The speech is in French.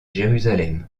jérusalem